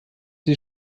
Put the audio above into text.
sie